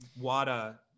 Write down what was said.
WADA